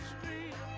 Street